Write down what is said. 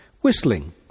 whistling